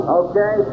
okay